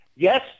Yes